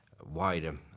wider